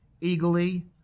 eagerly